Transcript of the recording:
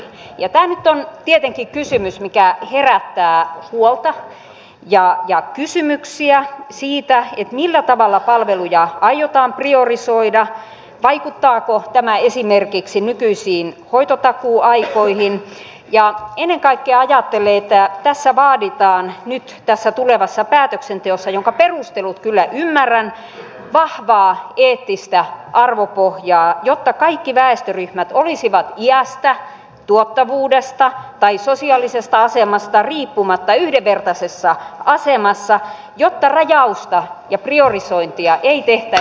ja tämä nyt on tietenkin kysymys mikä herättää huolta ja kysymyksiä siitä millä tavalla palveluja aiotaan priorisoida vaikuttaako tämä esimerkiksi nykyisiin hoitotakuuaikoihin ja ennen kaikkea ajattelen että nyt tässä tulevassa päätöksenteossa jonka perustelut kyllä ymmärrän vaaditaan vahvaa eettistä arvopohjaa jotta kaikki väestöryhmät olisivat iästä tuottavuudesta tai sosiaalisesta asemasta riippumatta yhdenvertaisessa asemassa jotta rajausta ja priorisointia ei tehtäisi epäeettisin perustein